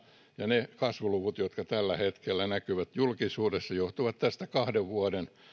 ja ne kasvuluvut jotka tällä hetkellä näkyvät julkisuudessa johtuvat tästä dollarin kahden vuoden